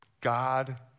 God